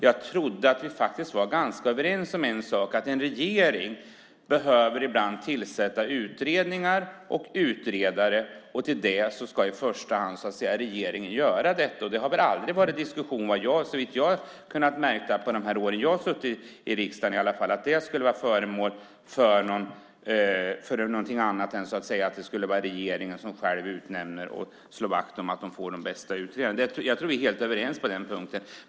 Jag trodde att vi var överens om att en regering ibland behöver tillsätta utredningar och utredare. Det har väl aldrig varit någon diskussion om annat än att det skulle vara regeringen som utnämner och slår vakt om att de får de bästa utredarna. Under de år som jag har suttit i riksdagen har jag aldrig märkt att det skulle vara fråga om något annat. Jag tror att vi är helt överens på den punkten.